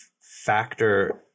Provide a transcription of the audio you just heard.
factor